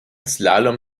slalom